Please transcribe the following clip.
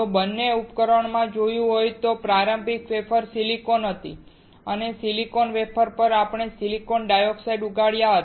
જો તમે બંને ઉપકરણોમાં જોયું હોય તો પ્રારંભિક વેફર સિલિકોન હતી અને તે સિલિકોન વેફર પર આપણે સિલિકોન ડાયોક્સાઇડ ઉગાડ્યા હતા